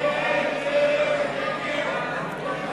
ההסתייגות של קבוצת